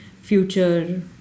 future